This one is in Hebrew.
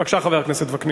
בבקשה, חבר הכנסת וקנין,